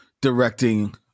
directing